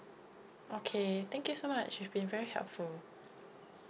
okay thank you so much you've been very helpful